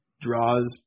draws